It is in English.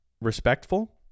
respectful